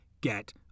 Get